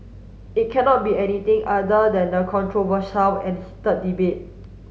it cannot be anything other than a controversial and heated debate